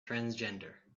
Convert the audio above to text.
transgender